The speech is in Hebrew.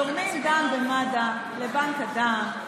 תורמים דם במד"א לבנק הדם,